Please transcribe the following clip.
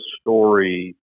story